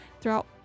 throughout